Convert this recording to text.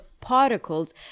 particles